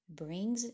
brings